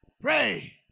Pray